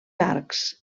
arcs